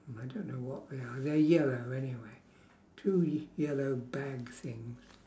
I don't know what they are they're yellow anyway two yellow bag things